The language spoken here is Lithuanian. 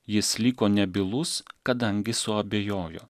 jis liko nebylus kadangi suabejojo